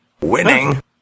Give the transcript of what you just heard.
winning